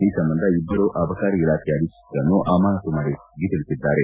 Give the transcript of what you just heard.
ಈ ಸಂಬಂಧ ಇಬ್ಲರು ಅಬಕಾರಿ ಇಲಾಖೆಯ ಅಧಿಕಾರಿಗಳನ್ನು ಅಮಾನತ್ತು ಮಾಡಿರುವುದಾಗಿ ತಿಳಿಸಿದ್ದಾರೆ